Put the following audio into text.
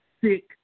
sick